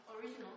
original